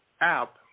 app